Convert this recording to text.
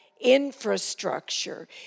infrastructure